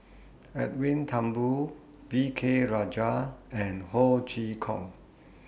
Edwin Thumboo V K Rajah and Ho Chee Kong